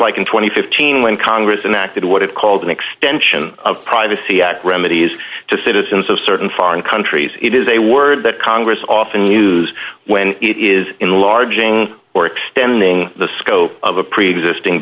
and fifteen when congress and acted what it called an extension of privacy act remedies to citizens of certain foreign countries it is a word that congress often use when it is enlarging or extending the scope of a preexisting